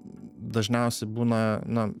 dažniausiai būna na